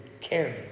caring